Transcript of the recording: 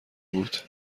بود